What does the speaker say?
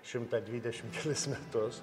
šimtą dvidešim kelis metus